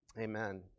Amen